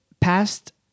past